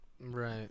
Right